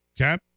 Okay